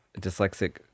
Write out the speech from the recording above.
Dyslexic